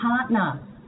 partner